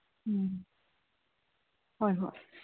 ꯎꯝ ꯍꯣꯏ ꯍꯣꯏ